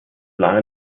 lange